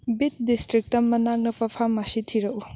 ꯕꯤꯠ district ꯃꯅꯥꯛ ꯅꯛꯄ pharmacy ꯊꯤꯔꯛꯎ